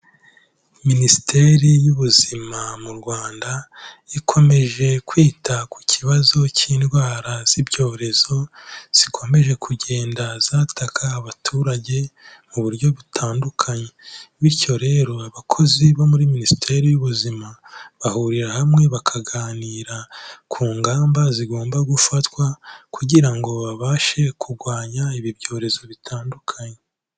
Minisiteri y'ubuzima mu Rwanda, ikomeje kwita ku kibazo cy'indwara z'ibyorezo, zikomeje kugenda zatakaka abaturage mu buryo butandukanye. Bityo rero abakozi bo muri minisiteri y'ubuzima bahurira hamwe bakaganira ku ngamba zigomba gufatwa kugira ngo babashe kurwanya byorezo bitandukanye.